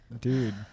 Dude